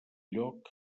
lloc